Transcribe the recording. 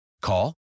Call